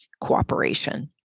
cooperation